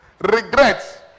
regrets